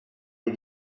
les